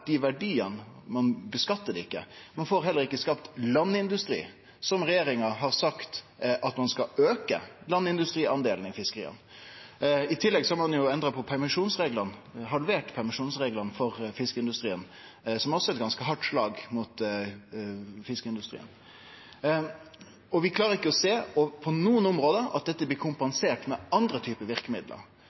ikkje. Ein får heller ikkje skapt landindustri, sjølv om regjeringa har sagt at ein skal auke landindustridelen i fiskeria. I tillegg har ein endra på permisjonsreglane, halvert permisjonsreglane for fiskeindustrien, som også er eit ganske hardt slag mot fiskeindustrien. Vi klarer ikkje å sjå – ikkje på noko område – at dette blir kompensert med andre typar verkemiddel.